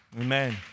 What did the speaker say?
Amen